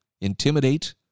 intimidate